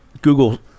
Google